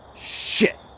shit